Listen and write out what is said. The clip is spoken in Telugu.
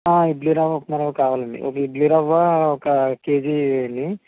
ఇడ్లిరవ్వ ఉప్మారవ్వ కావాలండి ఒక ఇడ్లిరవ్వ ఒక కేజీ ఎయ్యండి